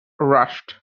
rushed